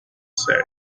said